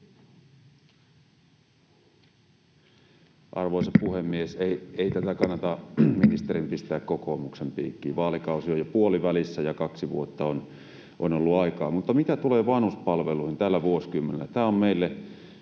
Arvoisa puhemies! Ei tätä kannata ministerin pistää kokoomuksen piikkiin. Vaalikausi on jo puolivälissä, ja kaksi vuotta on ollut aikaa. Mitä tulee vanhuspalveluihin tällä vuosikymmenellä,